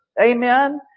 Amen